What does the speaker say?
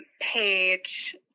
page